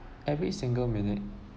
every single minute